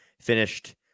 finished